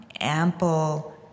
ample